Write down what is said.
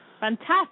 Fantastic